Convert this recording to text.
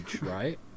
right